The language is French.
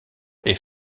est